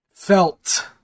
Felt